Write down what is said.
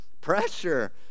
pressure